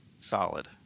solid